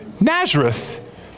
Nazareth